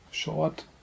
short